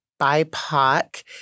BIPOC